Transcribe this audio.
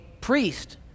priest